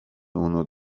اونو